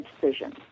decision